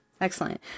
Excellent